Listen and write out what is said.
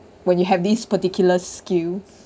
when you have these particular skills